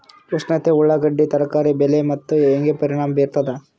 ಉಷ್ಣತೆ ಉಳ್ಳಾಗಡ್ಡಿ ತರಕಾರಿ ಬೆಳೆ ಮೇಲೆ ಹೇಂಗ ಪರಿಣಾಮ ಬೀರತದ?